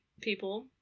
people